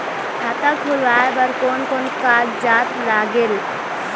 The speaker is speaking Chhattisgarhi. खाता खुलवाय बर कोन कोन कागजात लागेल?